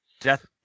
death